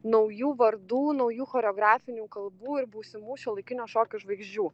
naujų vardų naujų choreografinių kalbų ir būsimų šiuolaikinio šokio žvaigždžių